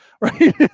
right